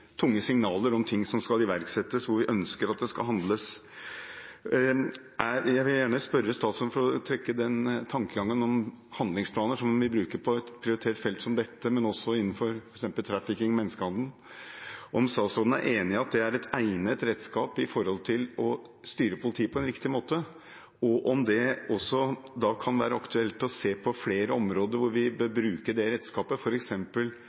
tunge signaler om ting som skal iverksettes, og hvor vi ønsker at det skal handles. Jeg vil gjerne spørre statsråden – i samme tankegang som handlingsplaner, som vi bruker på et prioritert felt som dette, men også innenfor f.eks. trafficking, menneskehandel: Er statsråden enig i at det er et egnet redskap når det gjelder å styre politiet på en riktig måte? Og kan det da også være aktuelt å se på flere områder hvor vi bør bruke det redskapet,